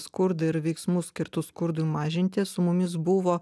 skurdą ir veiksmų skirtų skurdui mažinti su mumis buvo